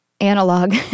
Analog